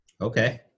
Okay